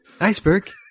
Iceberg